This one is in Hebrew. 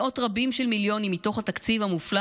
מאות רבות של מיליונים מתוך התקציב המופלא